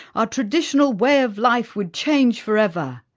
ah traditional way of life would change forever.